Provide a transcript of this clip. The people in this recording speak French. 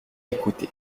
écouté